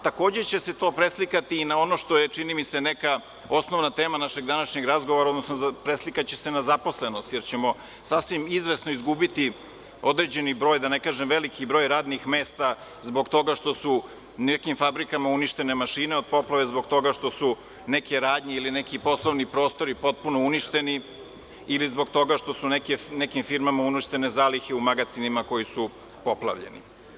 Takođe će se to preslikati i na ono što je neka, čini mi se, osnovna tema današnjeg razgovora, odnosno preslikaće se na zaposlenost, jer ćemo sasvim izvesno izgubiti određeni broj, da ne kažem veliki broj radnih mesta zbog toga što su u nekim fabrikama uništene mašine od poplava, zbog toga što su neke radnje ili neki poslovni prostori potpuno uništeni ili zbog toga što su nekim firmama uništene zalihe u magacinima koji su poplavljeni.